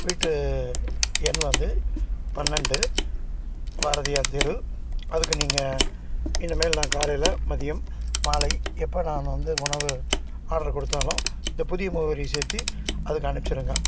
வீட்டு எண் வந்து பன்னெண்டு பாரதியார் தெரு அதுக்கு நீங்கள் இனிமேல் நான் காலையில் மதியம் மாலை எப்போ நான் வந்து உணவு ஆர்டர் கொடுத்தாலும் இந்த புதிய முகவரியை சேர்த்தி அதுக்கு அனுப்பிச்சிடுங்க